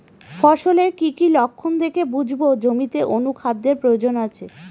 ফসলের কি কি লক্ষণ দেখে বুঝব জমিতে অনুখাদ্যের প্রয়োজন আছে?